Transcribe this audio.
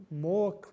more